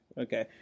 Okay